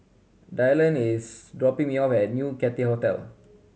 Dylan is dropping me off at New Cathay Hotel